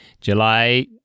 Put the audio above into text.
July